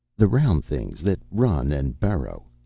the round things. that run and burrow.